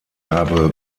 habe